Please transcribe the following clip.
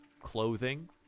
clothing